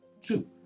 two